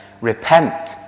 Repent